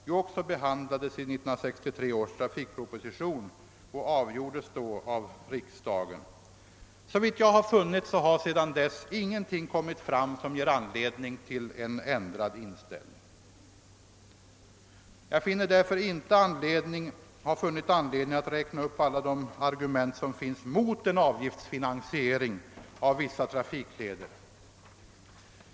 Den frågan behandlades i 1963 års trafikproposition och avgjordes då av riksdagen. Sedan dess har ingenting framkommit som ger regeringen anledning till en ändrad inställning. Jag finner därför inte någon anledning att nu räkna upp alla de argument som finns mot en avgiftsfinansiering av vissa trafikleder.